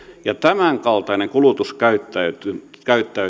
ja tämänkaltainen kulutuskäyttäytyminen